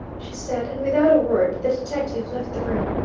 she said, and without a word the detective left the room.